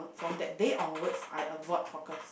from that day onwards I avoid cockles